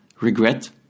regret